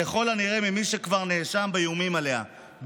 ככל הנראה ממי שכבר נאשם באיומים עליה,